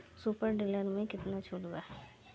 Super seeder मै कितना छुट बा?